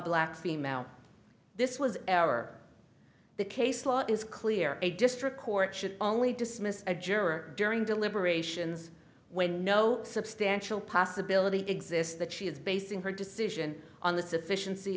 black female this was ever the case law is clear a district court should only dismiss a juror during deliberations when no substantial possibility exists that she is basing her decision on the sufficiency